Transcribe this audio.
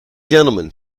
gentlemen